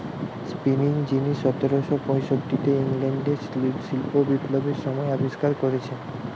spinning যিনি সতেরশ পয়ষট্টিতে ইংল্যান্ডে শিল্প বিপ্লবের সময় আবিষ্কার কোরেছে